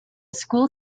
school